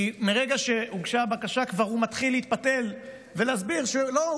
כי מרגע שהוגשה הבקשה כבר הוא מתחיל להתפתל ולהסביר שלא,